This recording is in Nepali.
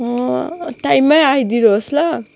टाइममा आइदिनुहोस् ल